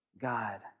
God